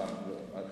הוא צודק.